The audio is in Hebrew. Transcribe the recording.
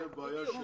זו בעיה שלי,